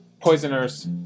Poisoner's